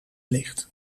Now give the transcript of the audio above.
ligt